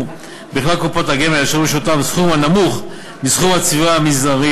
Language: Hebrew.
בכלל קופות הגמל אשר ברשותם סכום הנמוך מסכום הצבירה המזערי,